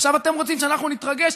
עכשיו אתם רוצים שאנחנו נתרגש?